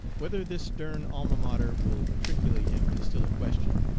whether this stern alma mater will matriculate him is still a question.